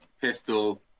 pistol